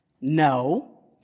no